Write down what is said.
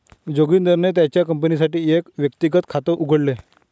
जोगिंदरने त्याच्या कंपनीसाठी एक व्यक्तिगत खात उघडले